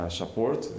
support